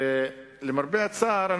למרבה הצער,